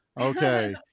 Okay